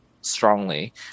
strongly